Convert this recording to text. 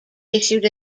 issued